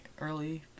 early